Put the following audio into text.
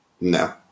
No